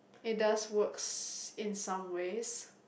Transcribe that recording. it does works in some ways